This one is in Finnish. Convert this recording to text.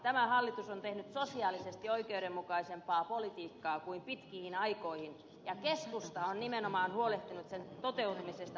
tämä hallitus on tehnyt sosiaalisesti oikeudenmukaisempaa politiikkaa kuin pitkiin aikoihin ja keskusta on nimenomaan huolehtinut sen toteutumisesta tässä hallituksessa